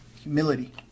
Humility